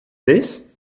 this